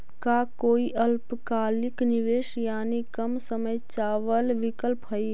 का कोई अल्पकालिक निवेश यानी कम समय चावल विकल्प हई?